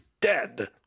dead